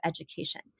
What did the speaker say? education